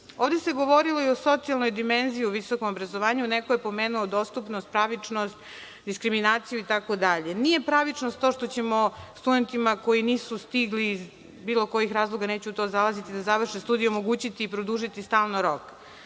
se govorilo i o socijalnoj dimenziji u visokom obrazovanju. Neko je pomenuo dostupnost, pravičnost, diskriminaciju itd. Nije pravičnost to što ćemo studentima koji nisu stigli iz bilo kojih razloga, neću u to zalaziti, da završe studije omogućiti i produžiti stalno rok. Kada